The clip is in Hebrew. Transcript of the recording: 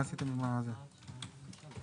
בבקשה.